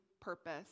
purpose